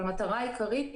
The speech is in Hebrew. המטרה העיקרית